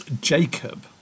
Jacob